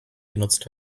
genutzt